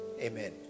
amen